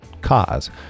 cause